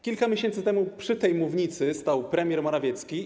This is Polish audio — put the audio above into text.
Kilka miesięcy temu na tej mównicy stał premier Morawiecki.